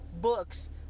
books